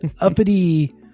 uppity